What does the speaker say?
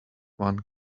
one